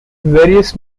various